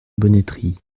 bonneterie